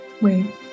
Wait